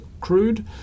crude